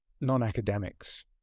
non-academics